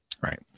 Right